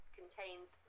contains